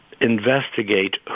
investigate